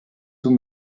sous